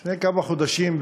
לפני כמה חודשים,